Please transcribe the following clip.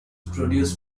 produce